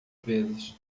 vezes